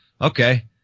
okay